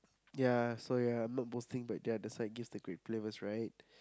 ya so ya not boasting but the other side gives the great flavours right